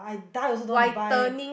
die also don't want to buy